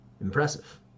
Impressive